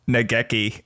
Nageki